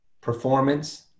performance